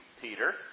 Peter